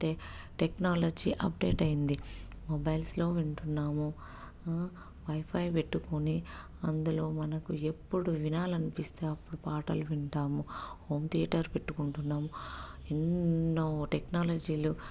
టె technology update అయ్యింది మొబైల్స్లో వింటున్నాము వై ఫై పెట్టుకొని అందులో మనకు ఎప్పుడు వినాలనిపిస్తే అప్పుడు పాటలు వింటాము హోమ్ థియేటర్ పెట్టుకుంటున్నాము ఎన్నో టెక్నాలజీలు